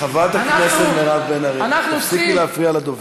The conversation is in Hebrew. חברת הכנסת מירב בן ארי, תפסיקי להפריע לדובר.